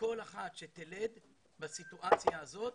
וכל אחת שתלד בסיטואציה הזאת,